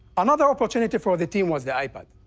another opportunity for the team was the ipad.